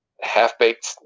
half-baked